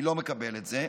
אני לא מקבל את זה,